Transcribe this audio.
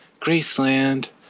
Graceland